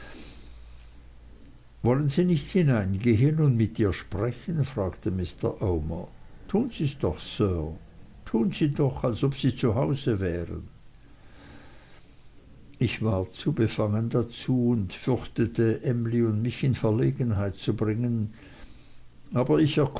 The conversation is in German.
wollen sie nicht hineingehen und mit ihr sprechen fragte mr omer tun sies doch sir tun sie doch als ob sie zu hause wären ich war zu befangen dazu und fürchtete emly und mich in verlegenheit zu bringen aber ich